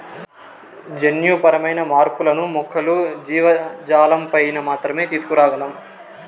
జన్యుపరమైన మార్పులను మొక్కలు, జీవజాలంపైన మాత్రమే తీసుకురాగలం